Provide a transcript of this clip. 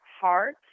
heart